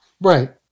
Right